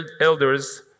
elders